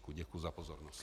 Děkuji za pozornost.